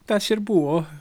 tas ir buvo